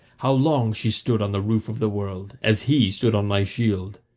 how long she stood on the roof of the world as he stood on my shield.